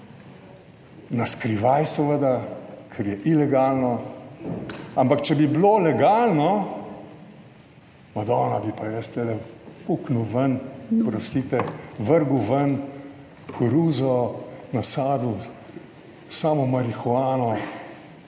na skrivaj seveda, ker je ilegalno. Ampak če bi bilo legalno, madona, bi pa jaz tu fuknil ven, oprostite, vrgel ven koruzo, nasadil samo marihuano,